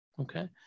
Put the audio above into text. okay